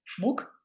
schmuck